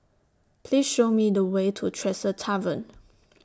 Please Show Me The Way to Tresor Tavern